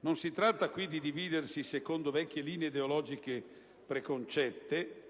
Non si tratta quindi di dividersi secondo vecchie linee ideologiche preconcette